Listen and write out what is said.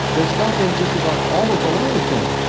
they're stopping just about all of the lion killing.